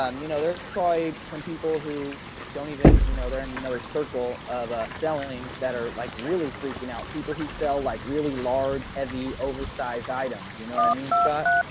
um you know there's probably some people who don't even you know they're in another circle of selling that are like really freaking out. people who sell like really large, heavy, oversized items you know what i mean scott?